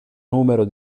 numero